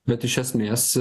bet iš esmės